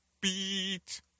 Beat